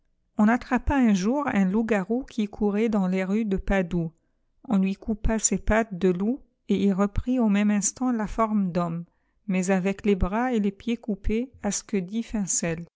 on attrapa un jour un loug garou qui courait dans les rues de padoue on lui coupa ses pattes de loup et il réprit au même instant la forme d'homme maiç sjivec les pras et les pieds coupés à ce q